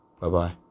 Bye-bye